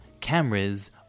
CAMERAS